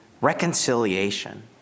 reconciliation